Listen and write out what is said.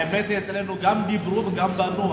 האמת היא שאצלנו גם דיברו וגם בנו,